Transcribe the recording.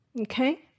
okay